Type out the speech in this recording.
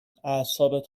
اعصابت